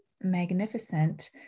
magnificent